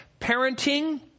parenting